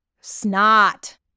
Snot